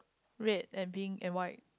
red and pink and white